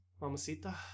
Mamacita